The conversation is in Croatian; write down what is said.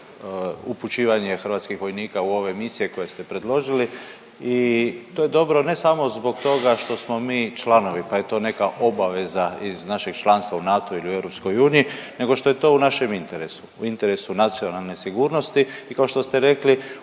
upućivanje hrvatskih vojnika u ove misije koje ste predložili i to je dobro, ne samo zbog toga što smo mi članovi pa je to neka obaveza iz našeg članstva u NATO-u ili EU nego što je to u našem interesu. U interesu nacionalne sigurnosti i kao što ste rekli